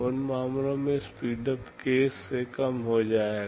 उन मामलों में स्पीडअप k से कम हो जाएगा